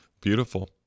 Beautiful